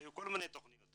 היו כל מיני תכניות.